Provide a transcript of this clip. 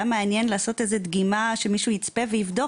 היה מעניין לעשות דגימה שמישהו יצפה ויבדוק.